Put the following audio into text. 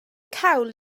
cawl